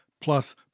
plus